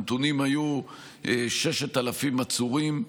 הנתונים היו 6,000 עצורים,